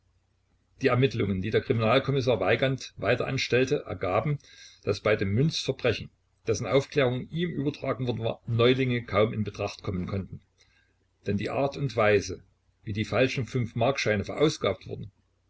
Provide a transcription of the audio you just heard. die ermittlungen die der kriminalkommissar weigand weiter anstellte ergaben daß bei dem münzverbrechen dessen aufklärung ihm übertragen worden war neulinge kaum in betracht kommen konnten denn die art und weise wie die falschen fünfmarkscheine verausgabt wurden